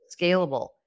scalable